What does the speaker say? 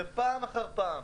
ופעם אחר פעם,